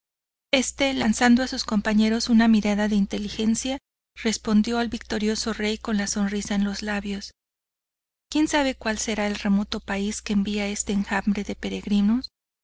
este lanzando a sus compañeros una mirada de inteligencia respondió al victorioso rey con la sonrisa en los labios quien sabe cual será el remoto país que envía este enjambre de peregrinos